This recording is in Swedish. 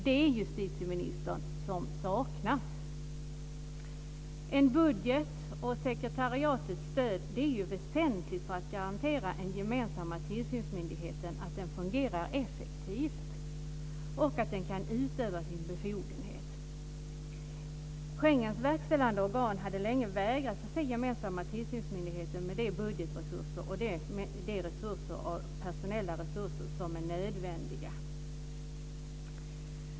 Det är det, justitieministern, som saknas. En budget och sekretariatets stöd är väsentligt för att garantera att den gemensamma tillsynsmyndigheten fungerar effektivt och kan utöva sin befogenhet. Schengens verkställande organ har länge vägrat förse den gemensamma tillsynsmyndigheten med de budgetresurser och personella resurser som är nödvändiga.